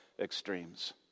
extremes